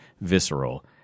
visceral